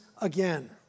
again